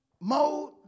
mode